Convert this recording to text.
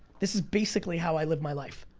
this is basically how i live my life.